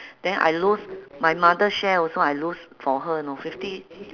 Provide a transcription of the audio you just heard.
then I lose my mother share also I lose for her know fifty